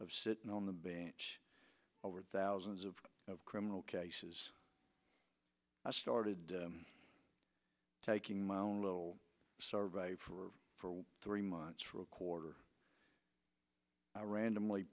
of sitting on the bench over thousands of criminal cases i started taking my own little survey for three months for a quarter i randomly